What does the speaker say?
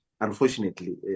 unfortunately